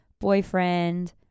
boyfriend